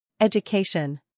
Education